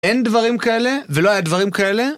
אין דברים כאלה, ולא היה דברים כאלה